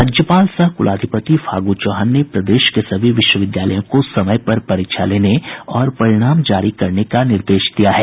राज्यपाल सह कुलाधिपति फागू चौहान ने प्रदेश के सभी विश्वविद्यालयों को समय पर परीक्षा लेने और परिणाम जारी करने का निर्देश दिया है